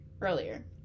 earlier